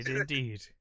indeed